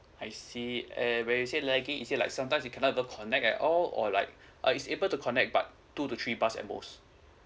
I see and when you say lagging is it like sometimes you cannot even connect at all or like err is able to connect but two to three bars at most